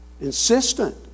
insistent